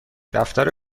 دفتر